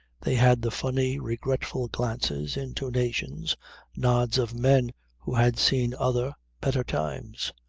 they had the funny, regretful glances, intonations, nods of men who had seen other, better times.